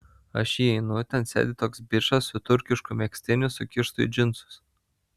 aš įeinu ten sėdi toks bičas su turkišku megztiniu sukištu į džinsus